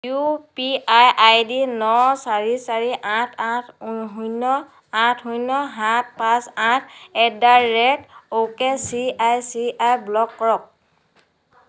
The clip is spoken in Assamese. U P I I D ন চাৰি চাৰি আঠ আঠ শূন্য আঠ শূন্য সাত পাঁচ আঠ at the rate okay C I C I block কৰক